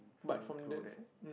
and find through that